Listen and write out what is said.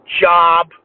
job